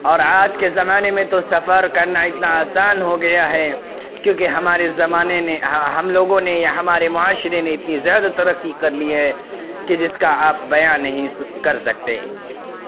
اور آج کے زمانے میں تو سفر کرنا اتنا آسان ہو گیا ہے کیوںکہ ہمارے زمانے نے ہم لوگوں نے ہمارے معاشرے نے اتنی زیادہ ترقی کر لی ہے کہ جس کا آپ بیاں نہیں کر سکتے